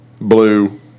blue